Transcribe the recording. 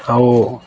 ଆଉ